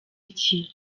iki